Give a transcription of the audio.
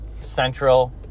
Central